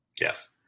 Yes